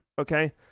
okay